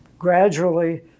gradually